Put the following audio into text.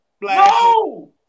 No